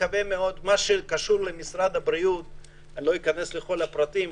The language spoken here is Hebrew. לא אכנס לכל הפרטים,